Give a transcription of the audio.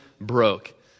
broke